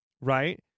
right